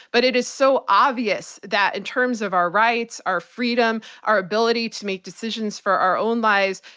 but it is so obvious that in terms of our rights, our freedom, our ability to make decisions for our own lives,